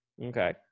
Okay